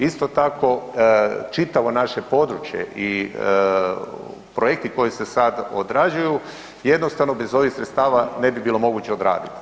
Isto tako čitavo naše područje i projekti koji se sad odrađuju jednostavno bez ovih sredstava ne bi bilo moguće odraditi.